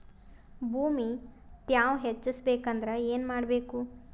ಭೂಮಿ ತ್ಯಾವ ಹೆಚ್ಚೆಸಬೇಕಂದ್ರ ಏನು ಮಾಡ್ಬೇಕು?